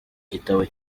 gitabo